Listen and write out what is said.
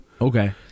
okay